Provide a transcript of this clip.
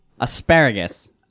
Asparagus